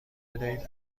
بدهید